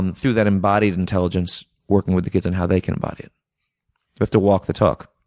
and through that embodied intelligence, working with the kids on how they can embody it. they have to walk the talk.